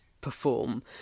perform